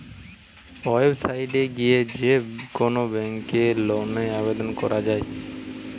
website এ গিয়ে যে কোন ব্যাংকে লোনের আবেদন করা যায়